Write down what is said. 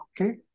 okay